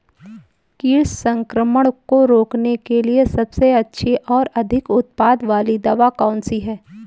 कीट संक्रमण को रोकने के लिए सबसे अच्छी और अधिक उत्पाद वाली दवा कौन सी है?